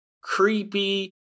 creepy